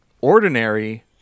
Ordinary